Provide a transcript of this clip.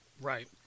Right